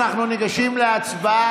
אנחנו ניגשים להצבעה,